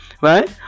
right